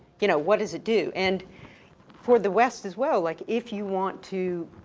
you know, what does it do? and for the west as well, like if you want to